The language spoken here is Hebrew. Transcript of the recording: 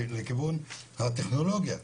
לכיוון הטכנולוגיה.